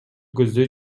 көздөй